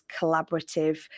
collaborative